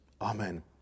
Amen